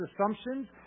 assumptions